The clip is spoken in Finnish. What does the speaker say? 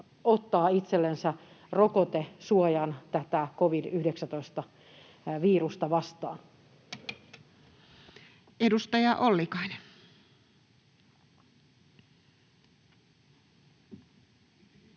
ottaa itsellensä rokotesuojan tätä covid-19-virusta vastaan. Edustaja Ollikainen